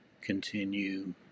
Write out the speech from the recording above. Continue